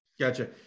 Gotcha